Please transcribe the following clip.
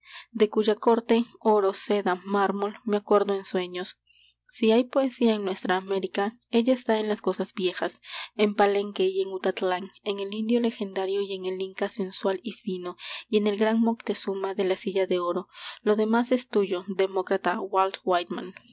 de cuya corte oro seda mármol me acuerdo en sueños si hay poesía en nuestra américa ella está en las cosas viejas en palenke y utatlán en el indio legendario y en el inca sensual y fino y en el gran moctezuma de la silla de oro lo demás es tuyo demócrata walt whitman